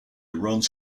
runs